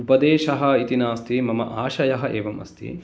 उपदेशः इति नास्ति मम आशयः एवम् अस्ति